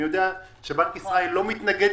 בנק ישראל לא מתנגד,